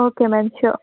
okay ma'am sure